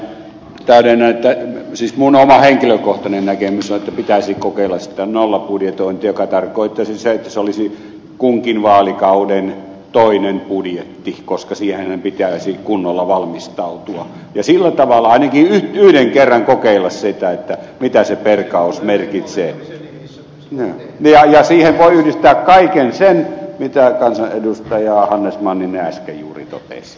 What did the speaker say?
ihan lyhyesti vain täydennän että siis minun oma henkilökohtainen näkemykseni on että pitäisi kokeilla sitä nollabudjetointia joka tarkoittaisi että se olisi kunkin vaalikauden toinen budjetti koska siihenhän pitäisi kunnolla valmistautua ja sillä tavalla pitäisi ainakin yhden kerran kokeilla sitä mitä se perkaus merkitsee ja siihen voi yhdistää kaiken sen mitä kansanedustaja hannes manninen äsken juuri totesi